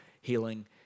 healing